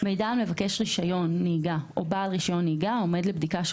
מידע על מבקש רישיון נהיגה או בעל רישיון נהיגה העומד לבדיקה של